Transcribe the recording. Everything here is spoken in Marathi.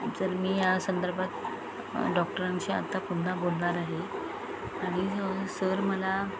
जर मी या संदर्भात डॉक्टरांशी आत्ता पुन्हा बोलणार आहे आणि सर मला